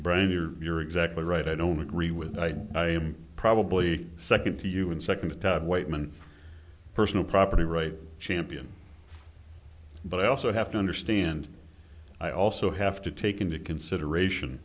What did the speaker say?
brain you're you're exactly right i don't agree with i am probably second to you and second a tad whiteman personal property rights champion but i also have to understand i also have to take into consideration